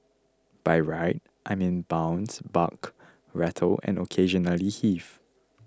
by ride I mean bounce buck rattle and occasionally heave